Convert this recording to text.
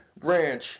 ranch